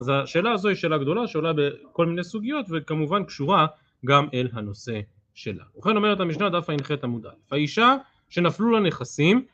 אז השאלה הזו היא שאלה גדולה שעולה בכל מיני סוגיות וכמובן קשורה גם אל הנושא שלה. ובכן אומרת המשנה דף עח עמוד. .. האישה שנפלו לה נכסים